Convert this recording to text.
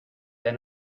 der